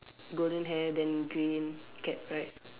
golden hair then green cap right